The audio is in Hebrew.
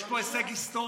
יש פה הישג היסטורי.